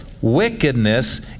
wickedness